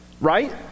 right